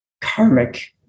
karmic